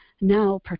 now